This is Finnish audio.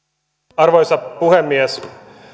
arvoisa puhemies